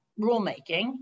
rulemaking